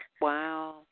Wow